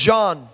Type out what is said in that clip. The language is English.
John